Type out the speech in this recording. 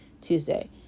Tuesday